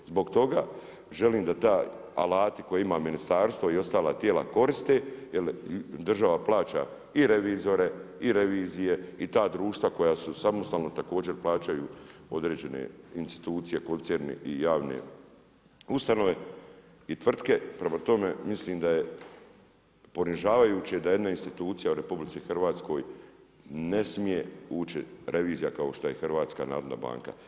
Zbog toga želim da ta alati koji ima ministarstvo i ostala tijela koriste, jer država plaća i revizore i revizije i ta država koja su samostalna, također plaćaju određene institucije, koncerne i javne ustanove i tvrtke, prema tome mislim da je ponižavajuće da jedna institucija u RH, ne smije ući revizija kao što je HNB.